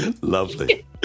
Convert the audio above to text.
Lovely